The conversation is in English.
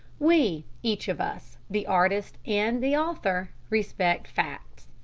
we, each of us, the artist and the author, respect facts.